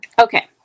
Okay